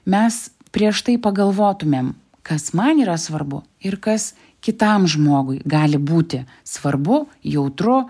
mes prieš tai pagalvotumėm kas man yra svarbu ir kas kitam žmogui gali būti svarbu jautru